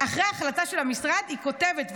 אחרי החלטה של המשרד היא כותבת,